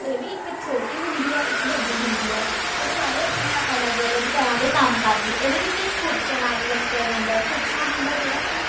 ਇਹ ਵੀ ਇੱਕ ਛੋਟੀ ਹੁੰਦੀ ਹੈ ਇੱਕ ਵੱਡੀ ਹੁੰਦੀ ਹੈ ਉਹ ਸਾਰੇ ਆਪਣੇ ਅਲੱਗ ਅਲੱਗ ਤਰ੍ਹਾਂ ਦੇ ਕੰਮ ਕਰਦੇ ਇਹਦੇ ਵਿੱਚ ਖੁਰਚਣਾਂ ਵੀ ਵਰਤਿਆਂ ਜਾਂਦਾ ਖੁਰਚਣਾਂ ਹੁੰਦਾ ਹੈ ਜਿਹੜਾ ਕਿ